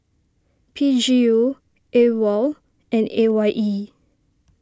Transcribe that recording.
P G U Awol and A Y E